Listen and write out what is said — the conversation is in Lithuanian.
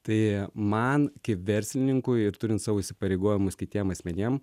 tai man kaip verslininkui ir turint savo įsipareigojimus kitiem asmenim